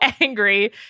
angry